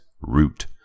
Root